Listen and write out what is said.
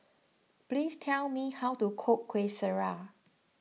please tell me how to cook Kueh Syara